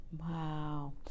Wow